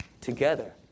together